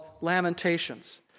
Lamentations